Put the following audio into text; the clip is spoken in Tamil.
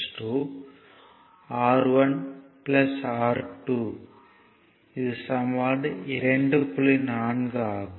40 ஆகும்